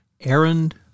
Errand